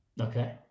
okay